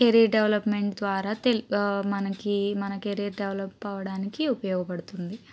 career development ద్వారా తెలి మనకి మన కెరీర్ డెవలప్ అవ్వడానికి ఉపయోగపడుతుంది